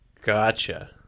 Gotcha